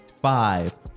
five